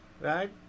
Right